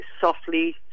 softly